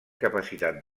capacitat